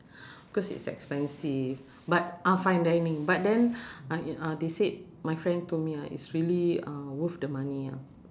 because it's expensive but ah fine dining but then uh they said my friend told me ah it's really uh worth the money ah